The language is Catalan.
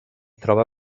troba